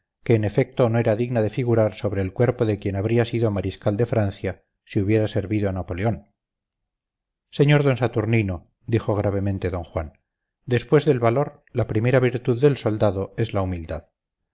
que en efecto no era digna de figurar sobre el cuerpo de quien habría sido mariscal de francia si hubiera servido a napoleón sr d saturnino dijo gravemente don juan martín después del valor la primera virtud del soldado es la humildad